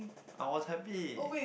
I was happy